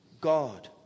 God